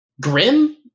Grim